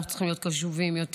אנחנו צריכים להיות קשובים יותר,